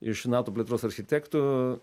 iš nato plėtros architektų